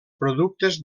productes